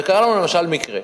וקרה לנו למשל מקרה,